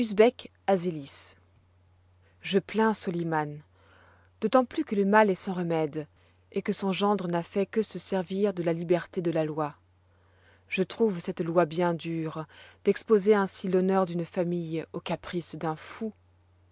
e plains soliman d'autant plus que le mal est sans remède et que son gendre n'a fait que se servir de la liberté de la loi je trouve cette loi bien dure d'exposer ainsi l'honneur d'une famille aux caprices d'un fou